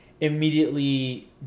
immediately